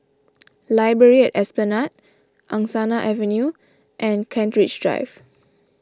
Library at Esplanade Angsana Avenue and Kent Ridge Drive